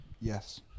Yes